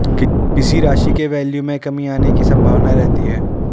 किसी राशि के वैल्यू में कमी आने की संभावना रहती है